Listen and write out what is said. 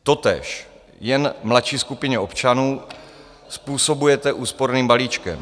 Totéž, jen mladší skupině občanů, způsobujete úsporným balíčkem.